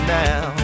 now